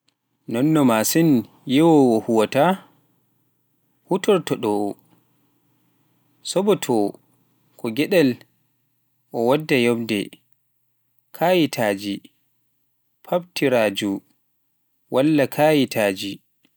nonno masiŋ yeeyoowo, huuwaata huutortooɗo oo suɓotoo ko geɗel, o waɗta yoɓde (kaayitaaji, faktiiruuji, walla kaayitaaji)